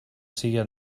siga